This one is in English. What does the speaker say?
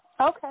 Okay